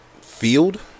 field